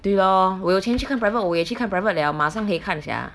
对 lor 我有钱去看 private 我也去看 private liao 马上可以看 sia